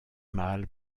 mal